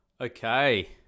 Okay